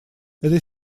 это